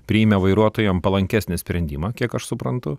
priėmė vairuotojam palankesnį sprendimą kiek aš suprantu